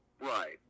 Right